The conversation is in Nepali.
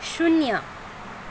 शून्य